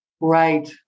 Right